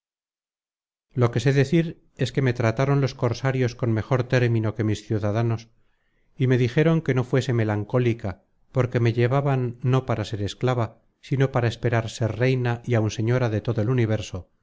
lo que sé decir es que me trataron los cosarios con mejor término que mis ciudadanos y me dijeron que no fuese melancólica porque me llevaban no para ser esclava sino para esperar ser reina y áun señora de todo el universo